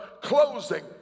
closing